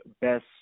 best